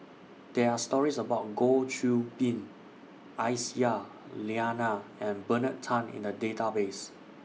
There Are stories about Goh Qiu Bin Aisyah Lyana and Bernard Tan in The Database